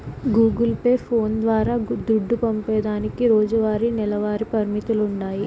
Google Pay, phones ద్వారా దుడ్డు పంపేదానికి రోజువారీ, నెలవారీ పరిమితులుండాయి